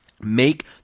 make